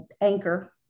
Anchor